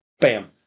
Bam